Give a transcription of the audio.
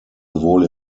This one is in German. sowohl